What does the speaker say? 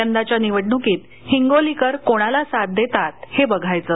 यंदाच्या निवडणुकीत हिंगोलीकर कोणाला साथ देतात हे बघायचं